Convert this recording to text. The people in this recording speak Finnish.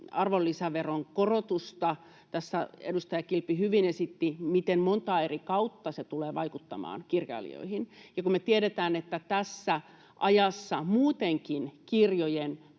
arvonlisäveron korotusta, niin tässä edustaja Kilpi hyvin esitti, miten montaa eri kautta se tulee vaikuttamaan kirjailijoihin. Me tiedetään, että tässä ajassa muutenkin kirjojen